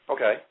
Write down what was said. Okay